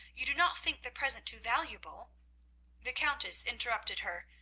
you do not think the present too valuable the countess interrupted her.